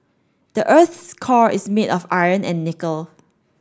the earth's core is made of iron and nickel